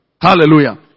Hallelujah